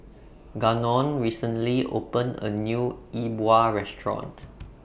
Gannon recently opened A New Yi Bua Restaurant